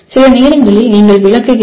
சில நேரங்களில் நீங்கள் விளக்குகிறீர்கள்